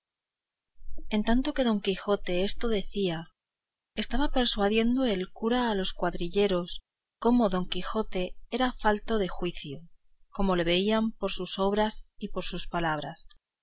en tanto que don quijote esto decía estaba persuadiendo el cura a los cuadrilleros como don quijote era falto de juicio como lo veían por sus obras y por sus palabras